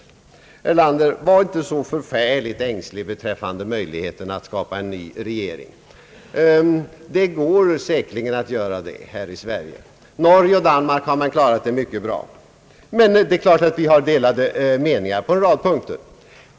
Herr Erlander, var inte så förfärligt ängslig beträffande möjligheterna att skapa en ny regering! Det går säkerligen att göra det här i Sverige. I Norge och Danmark har man klarat det mycket bra. Det är klart att det bör gå här även om våra partier har delade meningar på många punkter.